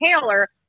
Taylor